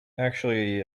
actually